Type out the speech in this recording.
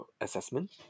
assessment